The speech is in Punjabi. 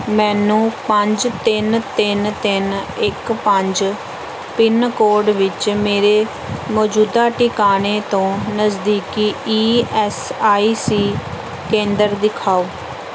ਮੈਨੂੰ ਪੰਜ ਤਿੰਨ ਤਿੰਨ ਤਿੰਨ ਇੱਕ ਪੰਜ ਪਿੰਨ ਕੋਡ ਵਿੱਚ ਮੇਰੇ ਮੌਜੂਦਾ ਟਿਕਾਣੇ ਤੋਂ ਨਜ਼ਦੀਕੀ ਈ ਐਸ ਆਈ ਸੀ ਕੇਂਦਰ ਦਿਖਾਓ